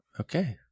Okay